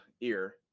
ear